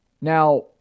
Now